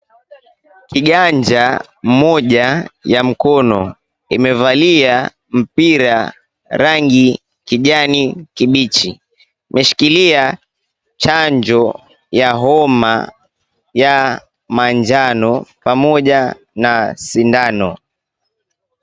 Kiganja moja ya mkono imevalia mpira rangi kijani kibichi, imeshikilia chanjo ya homa ya manjano pamoja na sindano.